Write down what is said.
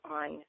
on